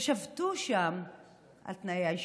ושבתו שם על תנאי האשפוז,